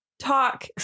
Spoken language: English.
talk